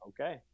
Okay